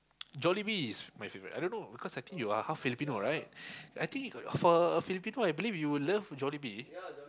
Jollibee is my favourite I don't know because I think you are half Filipino right I think for a Filipino I believe you will love Jollibee